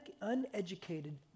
uneducated